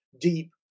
deep